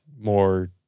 more